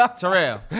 Terrell